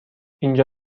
اینجا